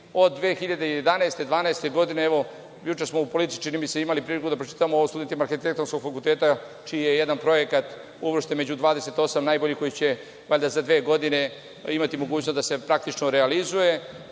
od 2011, 2012. godine. Evo, juče smo u Politici, čini mi se, imali priliku da pročitamo o studentima Arhitektonskog fakulteta čiji je jedna projekta uvršćen među 28 najboljih koji će za dve godine imati mogućnost da se praktično realizuje.